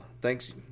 thanks